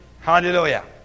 hallelujah